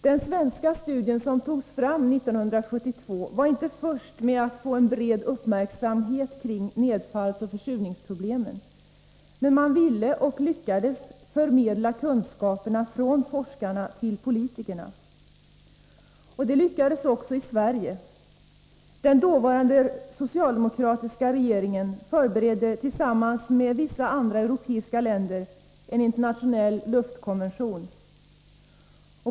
Den svenska studie som togs fram 1972 var inte först med att få en bred uppmärksamhet kring nedfallsoch försurningsproblemen, men man ville och lyckades förmedla kunskaperna från forskarna till politikerna. Det lyckades också i Sverige. Den dåvarande socialdemokratiska regeringen förberedde tillsammans med vissa andra europeiska länder en internationell luftkonvention.